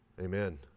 Amen